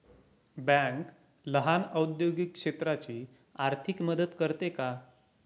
Bank लहान औद्योगिक क्षेत्राची आर्थिक मदत करते का?